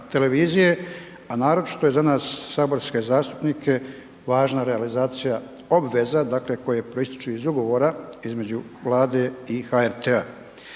a naročito je za nas saborske zastupnike važna realizacija obveza koje proističu iz ugovora između Vlade i HRT-a.